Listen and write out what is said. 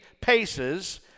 paces